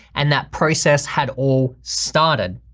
and that process had all started.